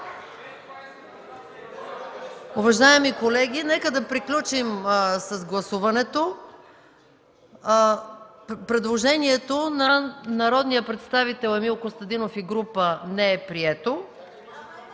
Уважаеми колеги, нека да приключим с гласуването. Предложението на народния представител Емил Костадинов и група народни